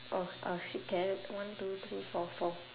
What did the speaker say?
oh our sick carrot one two three four four